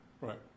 Right